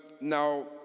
Now